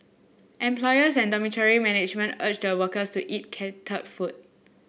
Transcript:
employers and dormitory management urge the workers to eat catered food